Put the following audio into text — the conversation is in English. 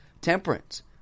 temperance